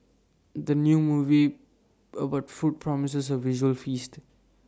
the new movie about food promises A visual feast